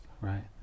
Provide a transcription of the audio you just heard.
Right